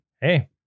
Hey